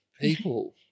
people